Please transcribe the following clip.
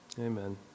Amen